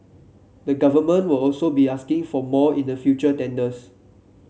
the Government will also be asking for more in the future tenders